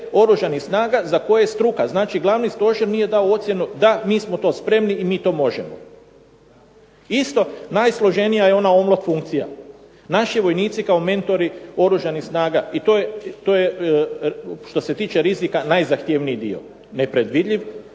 Oružanih snaga za koje je struka, znači Glavni stožer nije dao ocjenu da, mi smo to spremni i mi to možemo. Isto, najsloženija je ona … /Govornik se ne razumije./… funkcija. Naši vojnici kao mentori Oružanih snaga i to je što se tiče rizika najzahtjevniji dio. Nepredvidljiv